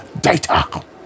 data